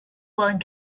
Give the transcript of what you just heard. one